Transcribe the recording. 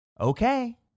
Okay